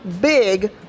big